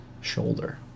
shoulder